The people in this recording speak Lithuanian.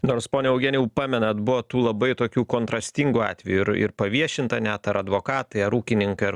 nors pone eugenijau pamenat buvo tų labai tokių kontrastingų atvejų ir ir paviešinta net ar advokatai ar ūkininkai ar